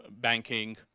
banking